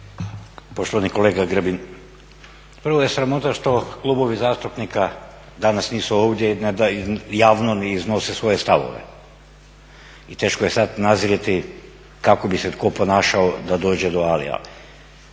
Poštovani kolega Grbin, prvo je sramota što klubovi zastupnika danas nisu ovdje da javno ne iznose svoje stavove i teško je sada nazrijeti kako bi se tko ponašao da dođe do …